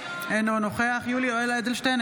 אינו נוכח יולי יואל אדלשטיין,